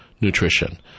Nutrition